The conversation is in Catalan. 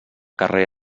carrer